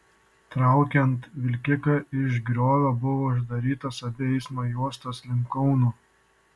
traukiant vilkiką iš griovio buvo uždarytos abi eismo juostos link kauno